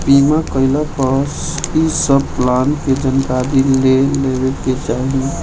बीमा कईला पअ इ सब प्लान के जानकारी ले लेवे के चाही